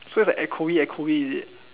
so it's like echoey echoey is it